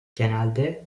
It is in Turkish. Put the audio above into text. genelde